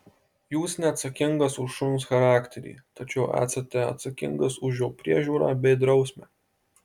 jūs neatsakingas už šuns charakterį tačiau esate atsakingas už jo priežiūrą bei drausmę